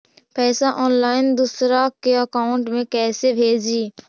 पैसा ऑनलाइन दूसरा के अकाउंट में कैसे भेजी?